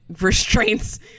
restraints